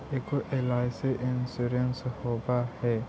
ऐगो LIC insurance होव है?